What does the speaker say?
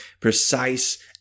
precise